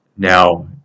Now